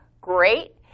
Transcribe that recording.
great